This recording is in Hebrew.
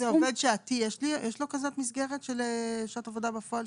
לעובד שעתי יש לו מסגרת כזאת של שעת עבודה בפועל,